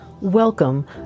Welcome